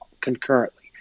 concurrently